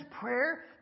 prayer